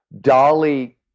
Dolly